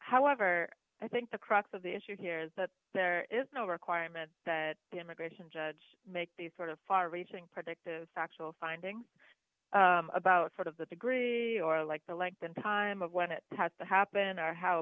however i think the crux of the issue here is that there is no requirement that the immigration judge make these sort of far reaching predictive factual findings about sort of that the greedy or like the length and time of when it has to happen are how